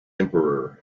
emperor